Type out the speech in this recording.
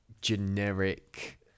generic